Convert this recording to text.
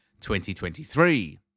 2023